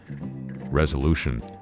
resolution